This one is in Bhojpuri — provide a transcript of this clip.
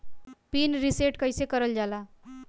पीन रीसेट कईसे करल जाला?